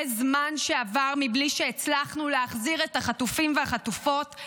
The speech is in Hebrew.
זמן שעבר בלי שהצלחנו להחזיר את החטופים והחטופות,